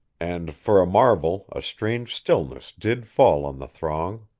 and, for a marvel, a strange stillness did fall on the throng.